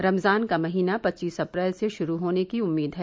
रमजान का महीना पच्चीस अप्रैल से शुरू होने की उम्मीद है